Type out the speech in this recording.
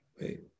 wait